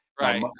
Right